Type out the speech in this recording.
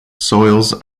soils